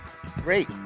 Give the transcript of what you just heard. Great